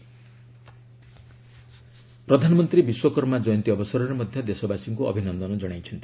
PM Vishwakarma ପୂଜା ପ୍ରଧାନମନ୍ତ୍ରୀ ବିଶ୍ୱକର୍ମା ଜୟନ୍ତୀ ଅବସରରେ ମଧ୍ୟ ଦେଶବାସୀଙ୍କୁ ଅଭିନନ୍ଦନ ଜଣାଇଛନ୍ତି